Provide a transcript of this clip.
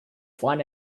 find